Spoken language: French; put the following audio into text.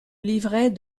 livret